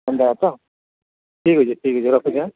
ସନ୍ଧ୍ୟାବେଳେ ତ ଠିକ୍ ଅଛି ଠିକ୍ ଅଛି ରଖୁିଛେ ଆଁ